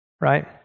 Right